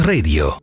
Radio